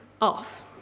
off